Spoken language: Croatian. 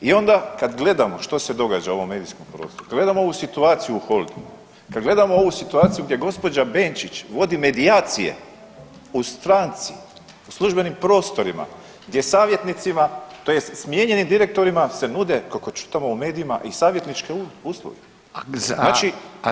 I onda kad gledamo što se događa u ovom medijskom prostoru, kad gledamo ovu situaciju u Holdingu, kad gledamo ovu situaciju gdje gospođa Benčić vodi medijacije u stranci, u službenim prostorima, gdje savjetnicima tj. smijenjenim direktorima se nude kako čitamo u medijima i savjetničke usluge, znači